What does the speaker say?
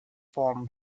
form